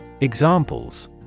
Examples